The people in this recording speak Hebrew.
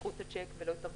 שמשכו את השיק ולא התארגנו,